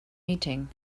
meeting